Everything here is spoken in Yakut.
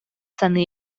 саныы